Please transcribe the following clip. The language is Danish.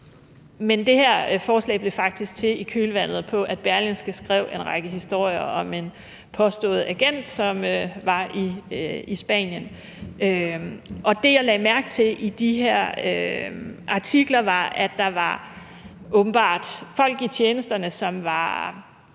Men det her forslag blev faktisk til i kølvandet på, at Berlingske skrev en række historier om en påstået agent, som befandt sig i Spanien, og det, jeg lagde mærke til i de her artikler, var, at der åbenbart var folk i tjenesterne, som var